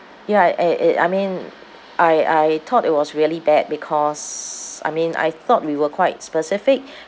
ya it it I mean I I thought it was really bad because I mean I thought we were quite specific